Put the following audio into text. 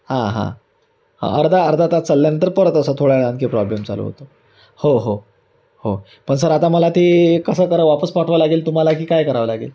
हां हां हां अर्धा अर्धा तास चालल्यानंतर परत असा थोडावेळ आणखी प्रॉब्लेम चालू होतो हो हो हो पण सर आता मला ते कसं करा वापस पाठवा लागेल तुम्हाला की काय करावं लागेल